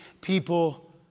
people